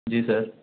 जी sir